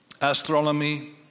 astronomy